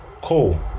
Cool